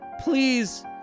Please